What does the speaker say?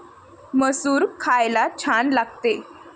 मसूर खायला छान लागते